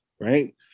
right